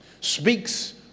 speaks